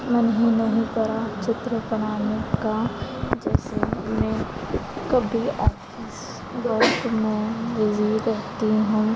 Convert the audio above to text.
मन ही नहीं करा चित्र बनाने का तो जैसे मे कभी आफ़िस वर्क में बिज़ी रहती हूँ